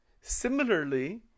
Similarly